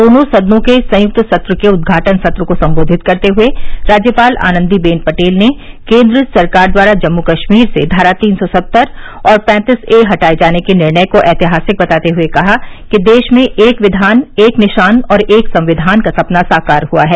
दोनों सदनों के संयुक्त सत्र के उदघाटन सत्र को संबोधित करते हए राज्यपाल आनन्दीवेन पटेल ने केंद्र सरकार द्वारा जम्मू कश्मीर से धारा तीन सौ सत्तर और पैंतीस ए हटाए जाने के निर्णय को ऐतिहासिक बताते हुए कहा कि देश में एक विधान एक निशान और एक संविधान का सपना साकार हुआ है